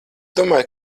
domāju